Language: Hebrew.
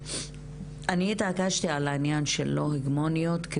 אני התעקשתי על העניין של לא הגמוניות.